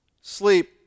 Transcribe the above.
sleep